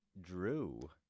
Drew